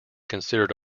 considered